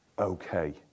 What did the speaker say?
Okay